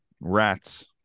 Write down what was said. rats